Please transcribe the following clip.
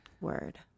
word